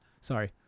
Sorry